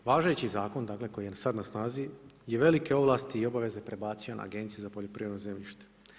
Važeći zakon, dakle koji je sad na snazi je velike ovlasti i obaveze prebacio na Agenciju za poljoprivredno zemljište.